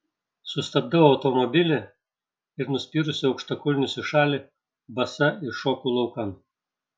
sustabdau automobilį ir nuspyrusi aukštakulnius į šalį basa iššoku laukan